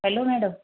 hello madam